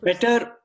Better